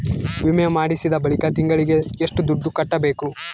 ವಿಮೆ ಮಾಡಿಸಿದ ಬಳಿಕ ತಿಂಗಳಿಗೆ ಎಷ್ಟು ದುಡ್ಡು ಕಟ್ಟಬೇಕು?